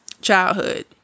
childhood